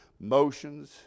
motions